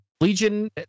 Legion